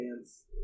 dance